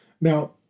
Now